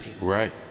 Right